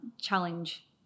challenge